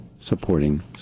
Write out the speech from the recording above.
supporting